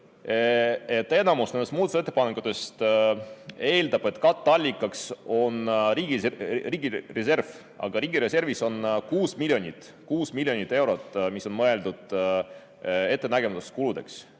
enamik nendest muudatusettepanekutest eeldab, et katteallikaks on riigireserv, aga riigireservis on 6 miljonit eurot, mis on mõeldud ettenägematuteks kuludeks,